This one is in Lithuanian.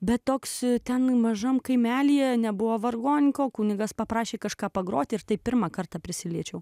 bet toks ten mažam kaimelyje nebuvo vargonininko kunigas paprašė kažką pagroti ir taip pirmą kartą prisiliečiau